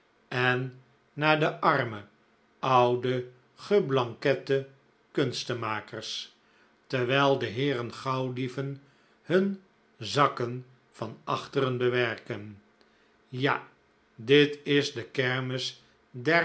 en naar de arme oude geblankette kunstenmakers terwijl de heeren gauwdieven hun zakken van achteren bewerken ja dit is de kermis der